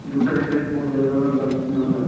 ꯑꯗꯨ ꯀꯔꯤ ꯀꯔꯤ ꯄꯣꯠ ꯂꯩꯕ꯭ꯔꯕ ꯅꯉꯣꯟꯗ